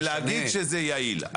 ולהגיד שזה יעיל.